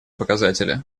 показатели